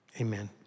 Amen